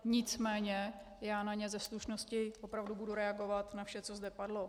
Nicméně já na ně ze slušnosti opravdu budu reagovat, na vše, co zde padlo.